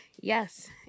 yes